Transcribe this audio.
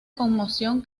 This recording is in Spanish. conmoción